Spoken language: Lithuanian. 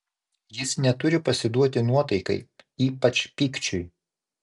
jis neturi pasiduoti nuotaikai ypač pykčiui